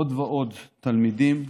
עוד ועוד תלמידים,